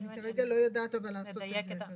כרגע אני לא יודעת לעשות את זה.